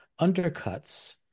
undercuts